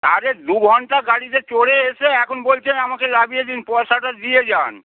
আরে দু ঘন্টা গাড়িতে চড়ে এসে এখন বলছেন আমাকে নামিয়ে দিন পয়সাটা দিয়ে যান